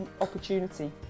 opportunity